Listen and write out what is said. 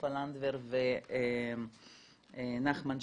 סופה לנדבר ונחמן שי,